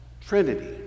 Trinity